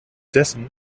dessen